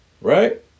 right